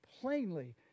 plainly